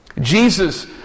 Jesus